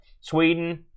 Sweden